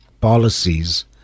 policies